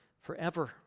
forever